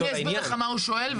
אני אסביר לך מה הוא שואל.